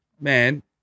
Man